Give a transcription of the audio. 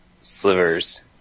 slivers